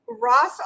Ross